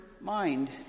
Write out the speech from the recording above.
mind